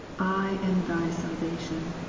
i am thy salvation.